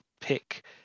pick